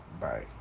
Bye